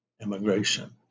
immigration